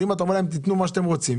אם אתה אומר להם: "תתנו מה שאתם רוצים",